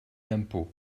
l’impôt